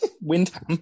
Windham